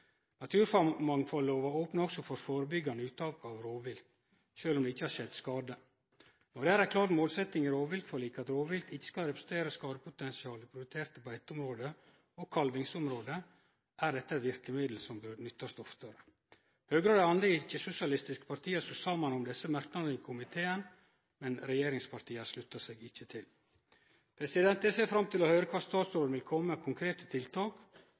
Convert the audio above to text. Naturmangfaldlova opnar også for førebyggande uttak av rovvilt sjølv om det ikkje har skjedd skade. Når det er ei klar målsetjing i rovviltforliket at rovvilt ikkje skal representere skadepotensial i prioriterte beiteområde og kalvingsområde, er dette eit verkemiddel som bør nyttast oftare. Høgre og dei andre ikkje-sosialistiske partia stod saman om desse merknadane i komiteen, men regjeringspartia slutta seg ikkje til. Eg ser fram til å høyre kva statsråden vil kome med av konkrete tiltak